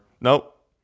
Nope